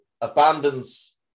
abandons